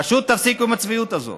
פשוט תפסיקו עם הצביעות הזו.